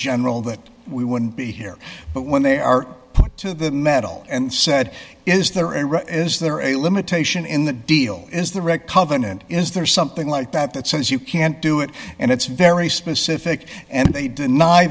general that we wouldn't be here but when they are put to the metal and said is there any is there a limitation in the deal is the red covenant is there something like that that says you can't do it and it's very specific and they deny